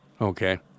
Okay